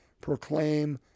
proclaim